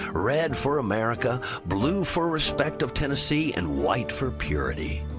red for america, blue for respect of tennessee and white for purity.